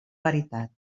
veritat